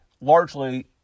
largely